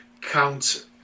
count